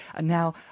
Now